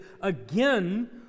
again